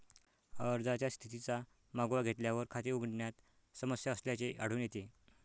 अर्जाच्या स्थितीचा मागोवा घेतल्यावर, खाते उघडण्यात समस्या असल्याचे आढळून येते